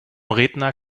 redner